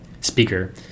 speaker